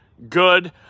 Good